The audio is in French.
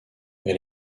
elle